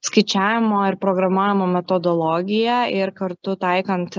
skaičiavimo ir programavimo metodologija ir kartu taikant